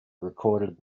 recorded